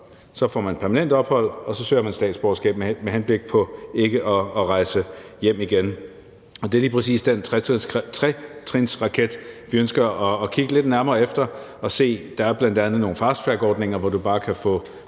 så får man permanent ophold, og så søger man statsborgerskab med henblik på ikke at rejse hjem igen. Det er lige præcis den tretrinsraket, vi ønsker at kigge lidt nærmere på. Der er bl.a. nogle fasttrackordninger, hvor du bare kan få